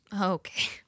Okay